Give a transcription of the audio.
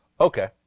Okay